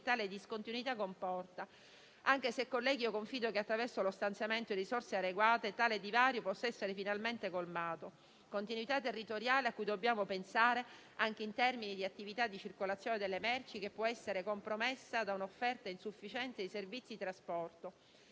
tale discontinuità comporta, anche se - colleghi - confido che, attraverso lo stanziamento di risorse adeguate, tale divario possa essere finalmente colmato; continuità territoriale a cui dobbiamo pensare anche in termini di attività di circolazione delle merci, che può essere compromessa da un'offerta insufficiente di servizi di trasporto.